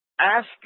Ask